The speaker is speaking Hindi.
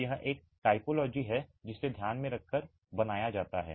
तो यह एक टाइपोलॉजी है जिसे ध्यान से माना जाता है